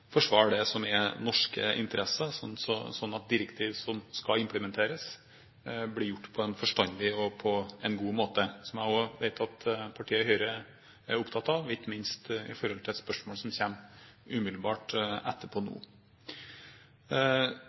forsvare det som er norske interesser, slik at direktiver som skal implementeres, blir gjort på en forstandig og god måte, som jeg også vet at partiet Høyre er opptatt av, ikke minst i forhold til spørsmålet som kommer umiddelbart